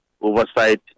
oversight